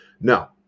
Now